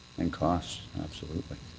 and costs. absolutely.